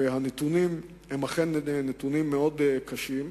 הנתונים הם אכן מאוד קשים,